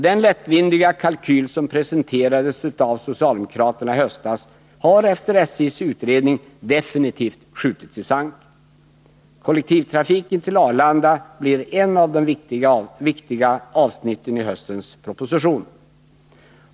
Den lättvindiga kalkyl som presenterades av socialdemokraterna i höstas har efter SJ:s utredning definitivt skjutits i sank. Kollektivtrafiken till Arlanda blir ett av de viktiga avsnitten i höstens proposition.